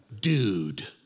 dude